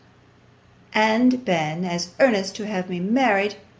and been as earnest to have me married,